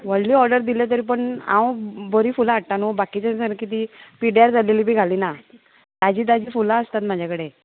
व्हडली ऑर्डर दिले तरी पूण हांव बरी फुलां हाडटा न्हू बाकीच्या सारकें ती पिड्यार जालेली बी घाली ना ताजी ताजी फुलां आसतात म्हाजे कडे